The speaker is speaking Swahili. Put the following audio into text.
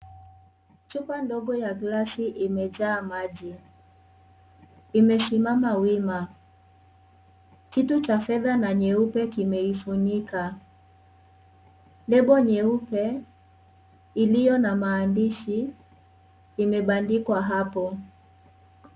Chupa ndogo ya glasi imejaa maji imesimama wima, kitu cha fedha kimeifunika lebo nyeupe iliyo na maandishi imepandikwa hapo.